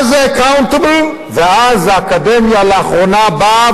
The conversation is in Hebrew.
וכן לחרמות מבית.